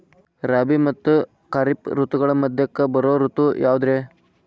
ರಾಬಿ ಮತ್ತ ಖಾರಿಫ್ ಋತುಗಳ ಮಧ್ಯಕ್ಕ ಬರೋ ಋತು ಯಾವುದ್ರೇ?